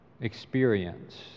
experience